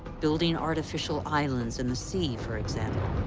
building artificial islands in the sea, for example.